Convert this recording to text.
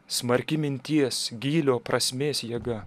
smarki minties gylio prasmės jėga